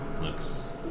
looks